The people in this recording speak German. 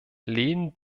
lehnen